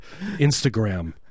Instagram